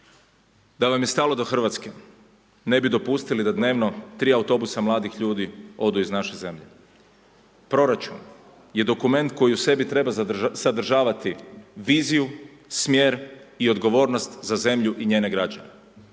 Da vam je stalo do Hrvatske ne bi dopustili da dnevno 3 autobusa mladih ljudi odu iz naše zemlje. Proračun je dokument koji u sebi treba sadržavati viziju, smjer i odgovornost za zemlju i njene građane.